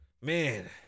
Man